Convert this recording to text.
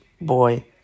boy